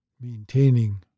maintaining